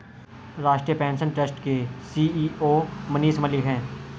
राष्ट्रीय pension trust के CEO Manish Malik है